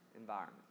environment